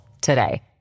today